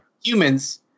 humans